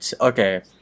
Okay